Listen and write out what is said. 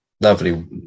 lovely